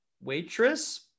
waitress